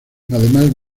además